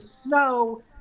Snow